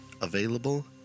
Available